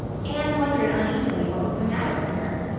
anne wondered uneasily what was the matter with her.